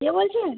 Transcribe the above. কে বলছেন